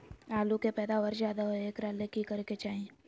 आलु के पैदावार ज्यादा होय एकरा ले की करे के चाही?